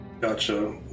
Gotcha